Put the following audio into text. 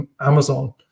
Amazon